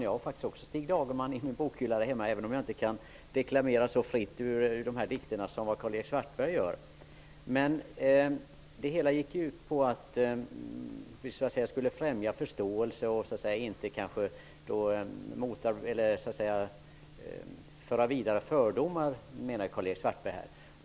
Jag har också Stig Dagermans bok i bokhyllan hemma, även om jag inte kan deklamera så fritt ur dikterna som Karl-Erik Svartberg gör. Det hela gick ut på att vi skulle främja förståelse och inte föra vidare fördomar.